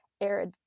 arid